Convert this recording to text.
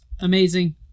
Amazing